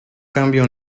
cambio